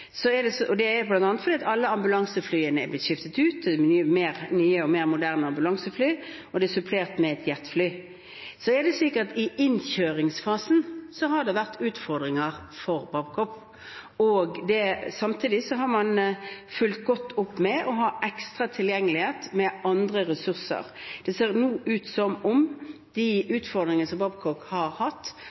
Det er bl.a. fordi alle ambulanseflyene er blitt skiftet ut. Det er nye og mer moderne ambulansefly, og det er supplert med et jetfly. I innkjøringsfasen har det vært utfordringer for Babcock, samtidig har man fulgt godt opp ved å ha ekstra tilgjengelighet av andre ressurser. Det ser nå ut som om de utfordringene som Babcock har hatt